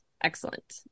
Excellent